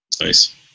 Nice